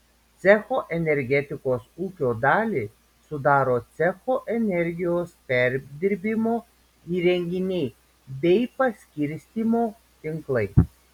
cecho energetikos ūkio dalį sudaro cecho energijos perdirbimo įrenginiai bei paskirstymo tinklai